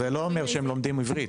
אז זה לא אומר שהם לומדים עברית.